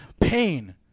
pain